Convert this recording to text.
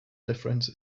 difference